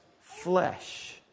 flesh